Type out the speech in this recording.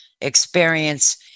experience